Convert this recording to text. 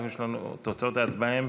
תוצאות ההצבעה הן